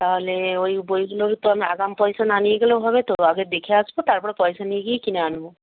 তাহলে ওই বইগুলোর তো আমি আগাম পয়সা না নিয়ে গেলেও হবে তো আগে দেখে আসবো তারপরে পয়সা নিয়ে গিয়ে কিনে আনব